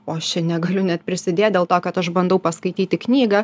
o aš čia negaliu net prisidėt dėl to kad aš bandau paskaityti knygą